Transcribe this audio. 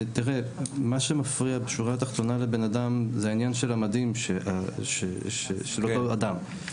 מה שמפריע בשורה התחתונה לבן אדם זה העניין של המדים של אותו אדם,